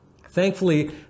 Thankfully